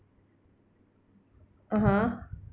(uh huh)